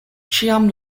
ĉiam